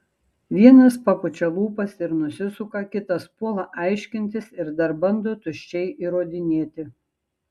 vienas papučia lūpas ir nusisuka kitas puola aiškintis ir dar bando tuščiai įrodinėti